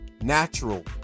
natural